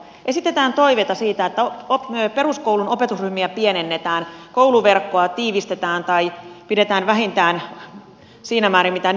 esitetään toiveita siitä että peruskoulun opetusryhmiä pienennetään kouluverkkoa tiivistetään tai pidetään vähintään siinä määrin mitä nyt on